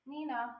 Nina